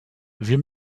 wir